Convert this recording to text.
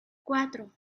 cuatro